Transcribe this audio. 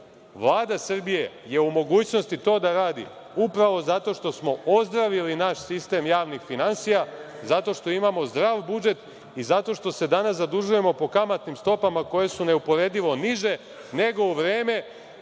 Vlada Srbije je u mogućnosti to da radi upravo zato što smo ozdravili naš sistem javnih finansija, zato što imamo zdrav budžet i zato što se danas zadužujemo po kamatnim stopama koje su neuporedivo niže nego u vreme